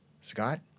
Scott